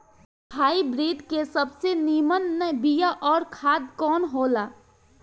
Hybrid के सबसे नीमन बीया अउर खाद कवन हो ला?